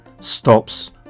stops